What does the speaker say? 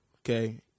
Okay